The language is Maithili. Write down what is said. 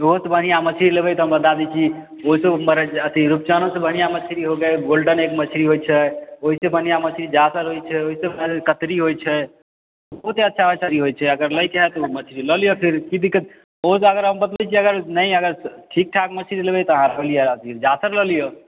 ओहोसँ बढ़िआँ मछली लेबै तऽ हम बता दै छी ओइसँ उप्पर हय अथी रुपचनोसँ बढ़िआँ मछली गोल्डन एक मछरी होइ छै ओइसँ बढ़िआँ मछरी जासर होइ छै ओइसँ फाइदे कतरी होइ छै बहुते अच्छा कतरी होइ छै अगर लैके हए तऽ उ मछली लऽ लिअ फिर की दिक्कत ओहोसँ अगर हम बतबै छी अगर नहि अगर ठीक ठाक मछरी लेबै तऽ अहाँ लऽ लिअ जासर लऽ लिऽ